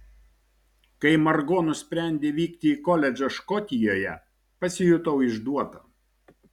kai margo nusprendė vykti į koledžą škotijoje pasijutau išduota